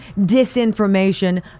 disinformation